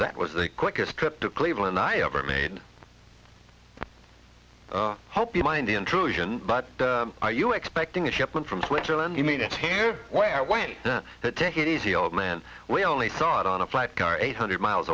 that was the quickest trip to cleveland i ever made i hope you mind intrusion but are you expecting a shipment from switzerland you mean it's here where i went to take it easy old man we only saw it on a flight car eight hundred miles